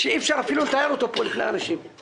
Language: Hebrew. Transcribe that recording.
הישיבה ננעלה בשעה 10:34.